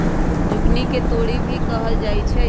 zucchini के तोरी भी कहल जाहई